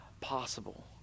possible